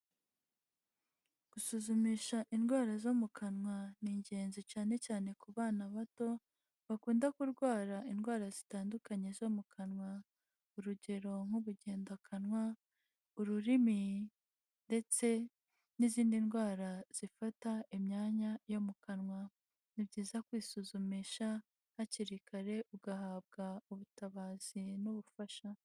Gusuzumisha indwara zo mu kanwa, ni ingenzi cyane cyane ku bana bato bakunda kurwara indwara zitandukanye zo mu kanwa, urugero nk'ubugendakanwa, ururimi ndetse n'izindi ndwara zifata imyanya yo mu kanwa. Ni byiza kwisuzumisha hakiri kare ugahabwa ubutabazi n'ubufasha.